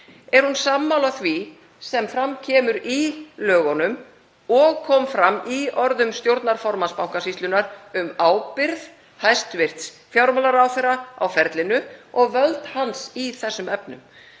Er hún sammála því sem fram kemur í lögunum og kom fram í orðum stjórnarformanns Bankasýslunnar um ábyrgð hæstv. fjármálaráðherra á ferlinu og völd hans í þessum efnum,